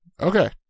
Okay